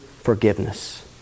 forgiveness